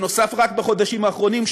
שנוסף רק בחודשים האחרונים,